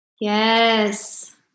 Yes